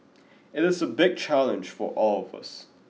it is a big challenge for all of us